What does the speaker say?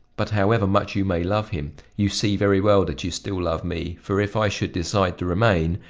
but however much you may love him, you see very well that you still love me, for if i should decide to remain,